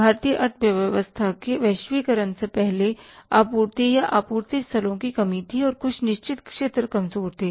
भारतीय अर्थव्यवस्था के वैश्वीकरण से पहले आपूर्ति या आपूर्ति स्थलों की कमी थी और कुछ निश्चित क्षेत्र कमजोर थे